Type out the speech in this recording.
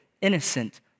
innocent